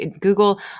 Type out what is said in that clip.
Google